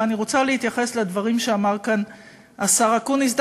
ואני רוצה להתייחס לדברים שאמר כאן השר אקוניס,